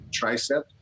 tricep